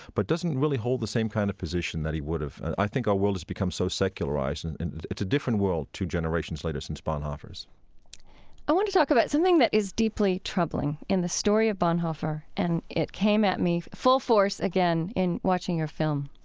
but doesn't really hold the same kind of position that he would have. i think our world has become so secularized, and it's a different world two generations later since bonhoeffer's i want to talk about something that is deeply troubling in the story of bonhoeffer, and it came at me full force again in watching your film,